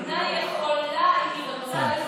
בית משפט אמר שהמדינה יכולה לפנות אם היא רוצה.